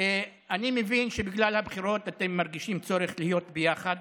אני מבין שבגלל הבחירות אתם מרגישים צורך להיות ביחד,